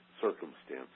circumstances